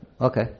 Okay